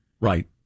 Right